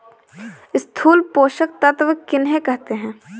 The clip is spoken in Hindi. स्थूल पोषक तत्व किन्हें कहते हैं?